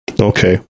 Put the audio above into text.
Okay